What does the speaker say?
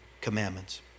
commandments